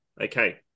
Okay